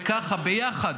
וככה, ביחד,